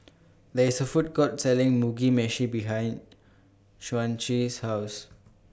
There IS A Food Court Selling Mugi Meshi behind Chauncey's House